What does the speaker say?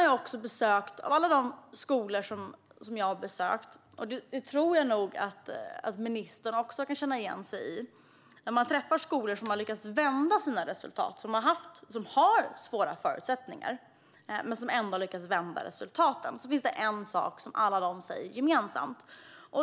Jag har besökt många skolor, och jag tror att ministern kan känna igen sig i att det när man träffar skolor som har lyckats vända sina resultat - som har svåra förutsättningar men ändå har lyckats vända resultaten - finns en sak alla dessa skolor säger.